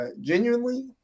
Genuinely